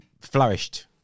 flourished